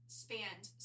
spanned